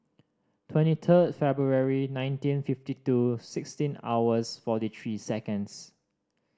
twenty third February nineteen fifty two sixteen hours forty three seconds